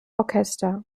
orchester